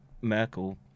merkel